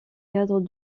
cadres